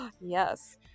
yes